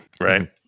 right